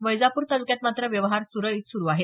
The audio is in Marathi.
वैजापूर तालुक्यात मात्र व्यवहार सुरळीत सुरु आहेत